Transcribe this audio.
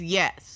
yes